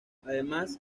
además